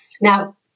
Now